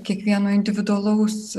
kiekvieno individualaus